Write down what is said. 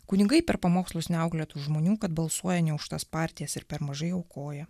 kunigai per pamokslus neauklėtų žmonių kad balsuoja ne už tas partijas ir per mažai aukoja